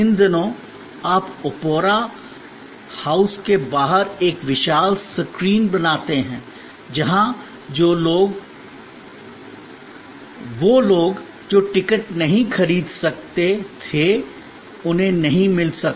इन दिनों आप opera house के बाहर एक विशाल स्क्रीन बनाते हैं जहां वे लोग जो टिकट नहीं खरीद सकते थे उन्हें नहीं मिल सका